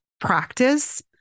practice